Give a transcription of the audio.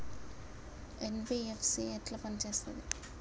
NBFC ఎట్ల పని చేత్తది?